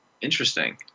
Interesting